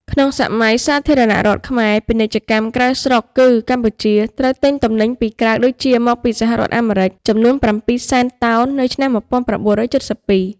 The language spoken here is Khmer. ក្នុងសម័យសាធារណរដ្ឋខ្មែរ ពាណិជ្ជកម្មក្រៅស្រុកគឺកម្ពុជាត្រូវទិញទំនិញពីក្រៅដូចជាមកពីសហរដ្ឋអាមេរិកចំនួន ៧ សែន តោននៅឆ្នាំ ១៩៧២។